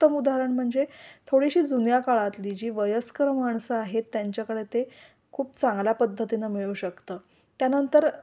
उत्तम उदाहरण म्हणजे थोडीशी जुन्या काळातली जी वयस्कर माणसं आहेत त्यांच्याकडे ते खूप चांगल्या पद्धतीनं मिळू शकतं त्यानंतर